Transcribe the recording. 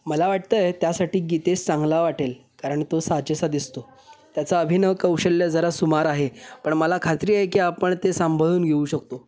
मला वाटत आहे त्यासाठी गीतेस चांगला वाटेल कारण तो साजेसा दिसतो त्याचं अभिनय कौशल्य जरा सुमार आहे पण मला खात्री आहे की आपण ते सांभाळून घेऊ शकतो